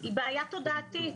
היא בעיה תודעתית.